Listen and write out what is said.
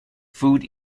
food